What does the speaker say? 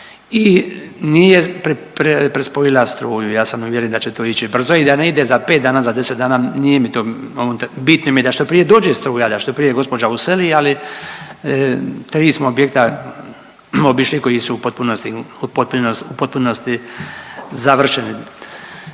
i nije prespojila struju. Ja sam uvjeren da će to ići brzo i da ne ide za 5 dana, za 10, nije mi to u ovo .../Govornik se ne razumije./... bitno mi je da što prije dođe struja, da što prije gospođa useli, ali 3 smo objekta obišli koji su u potpunosti završeni.